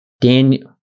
Daniel